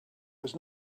was